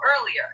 earlier